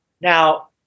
Now